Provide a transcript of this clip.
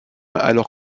alors